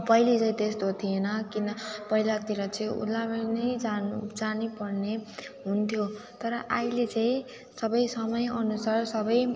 पहिले चाहिँ त्यस्तो थिएन किन पहिलातिर चाहिँ ओदलाबाडी नै जानु जानैपर्ने हुन्थ्यो तर अहिले चाहिँ सबै समयअनुसार सबै